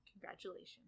Congratulations